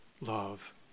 love